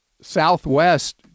Southwest